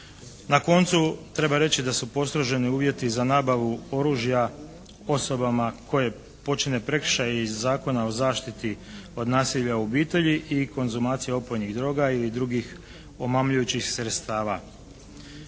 Na koncu treba reći da su postroženi uvjeti za nabavu oružja osobama koje počine prekršaje iz Zakona o zaštiti od nasilja u obitelji i konzumacija opojnih droga ili drugih omamljujućih sredstava.